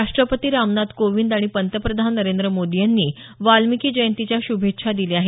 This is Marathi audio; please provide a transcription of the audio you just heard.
राष्टपती रामनाथ कोविंद आणि पंतप्रधान नरेंद्र मोदी यांनी वाल्मिकी जयंतीच्या श्भेच्छा दिल्या आहेत